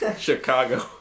Chicago